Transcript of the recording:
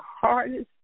hardest